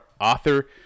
author